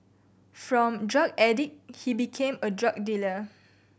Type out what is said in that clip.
from drug addict he became a drug dealer